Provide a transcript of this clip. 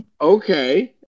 Okay